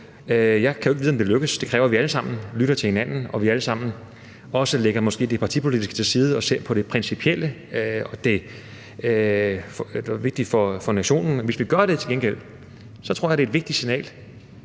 Jeg kan jo ikke vide, om det lykkes. Det kræver, at vi alle sammen lytter til hinanden, og at vi alle sammen måske også lægger det partipolitiske til side og ser på det principielle. Det tror jeg er vigtigt for nationen, og hvis vi gør det, tror jeg til gengæld, det er et vigtigt signal